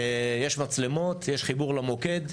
יש מצלמות, יש חיבור למוקד.